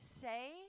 say